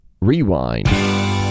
Rewind